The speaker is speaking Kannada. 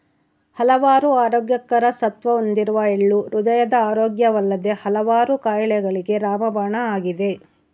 ಹಲವಾರು ಆರೋಗ್ಯಕರ ಸತ್ವ ಹೊಂದಿರುವ ಎಳ್ಳು ಹೃದಯದ ಆರೋಗ್ಯವಲ್ಲದೆ ಹಲವಾರು ಕಾಯಿಲೆಗಳಿಗೆ ರಾಮಬಾಣ ಆಗಿದೆ